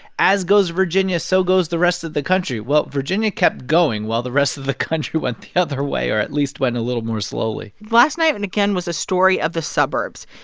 as goes virginia, so goes the rest of the country. well, virginia kept going while the rest of the country went the other way, or at least went a little more slowly last night, and again, was a story of the suburbs.